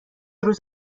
روز